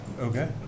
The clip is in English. Okay